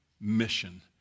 mission